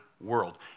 world